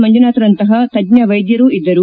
ಮಂಜುನಾಥ್ ರಂತಹ ತಜ್ಞ ವೈದ್ಯರೂ ಇದ್ದರು